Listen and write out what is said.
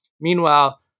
Meanwhile